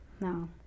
No